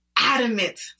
Adamant